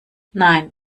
nein